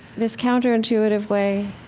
this counterintuitive way?